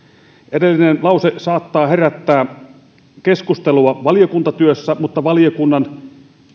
edellinen lause saattaa herättää keskustelua valiokuntatyössä mutta valiokunnan